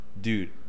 Dude